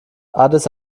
addis